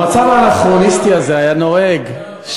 לכן אני אומר לו: המצב האנכרוניסטי היה נוהג שנים,